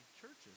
churches